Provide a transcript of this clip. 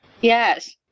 Yes